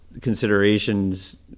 considerations